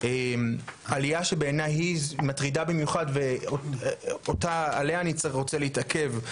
עלייה שבעיני היא מטרידה במיוחד ועליה אני רוצה אולי להתעכב,